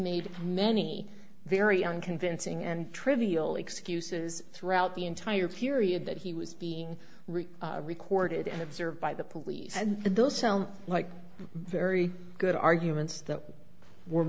made many very unconvincing and trivial excuses throughout the entire period that he was being written recorded and observed by the police and those sound like very good arguments that were